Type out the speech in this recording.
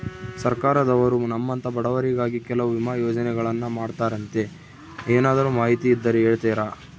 ಸರ್ಕಾರದವರು ನಮ್ಮಂಥ ಬಡವರಿಗಾಗಿ ಕೆಲವು ವಿಮಾ ಯೋಜನೆಗಳನ್ನ ಮಾಡ್ತಾರಂತೆ ಏನಾದರೂ ಮಾಹಿತಿ ಇದ್ದರೆ ಹೇಳ್ತೇರಾ?